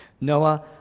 Noah